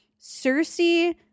Cersei